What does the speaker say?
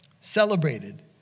celebrated